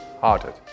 hearted